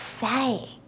say